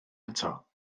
ato